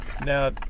Now